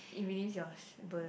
it relieves your s~ burden